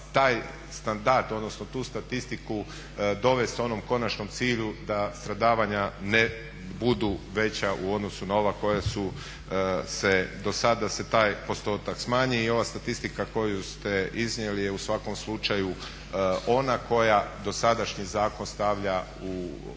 taj standard odnosno tu statistiku dovest onom konačnom cilju da stradavanja ne budu veća u odnosu na ova koja su dosada, da se taj postotak smanji. I ova statistika koju ste iznijeli je u svakom slučaju ona koja dosadašnji zakon stavlja u pravom